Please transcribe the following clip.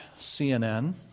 CNN